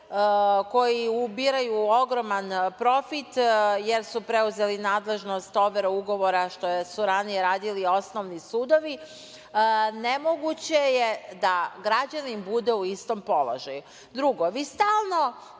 koji ubiraju ogroman profit, jer su preuzeli nadležnost overe ugovora što su ranije radili osnovni sudovi, nemoguće je da građanin bude u istom položaju. Drugo, vi stalno